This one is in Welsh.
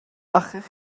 allech